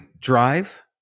drive